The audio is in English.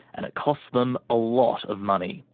and it costs them a lot of money.